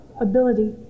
ability